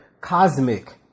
cosmic